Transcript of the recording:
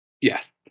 Yes